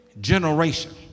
generation